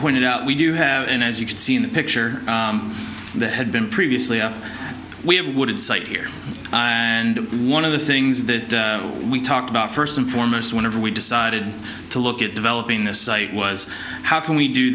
pointed out we do have and as you can see in the picture that had been previously up we have a wooden site here and one of the things that we talked about first and foremost whenever we decided to look at developing this site was how can we do